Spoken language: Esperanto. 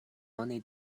oni